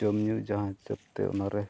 ᱡᱚᱢ ᱧᱩ ᱡᱟᱦᱟᱸ ᱦᱤᱥᱟᱹᱵ ᱛᱮ ᱚᱱᱟᱨᱮ